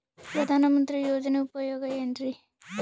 ಪ್ರಧಾನಮಂತ್ರಿ ಯೋಜನೆ ಉಪಯೋಗ ಏನ್ರೀ?